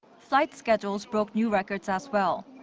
flight schedules broke new records as well.